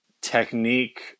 technique